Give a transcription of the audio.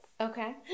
Okay